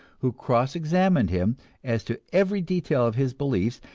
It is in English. who cross-examined him as to every detail of his beliefs,